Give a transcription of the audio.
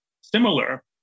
similar